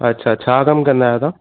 अछा छा कमु कंदा आहियो तव्हां